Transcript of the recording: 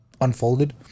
Unfolded